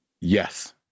Yes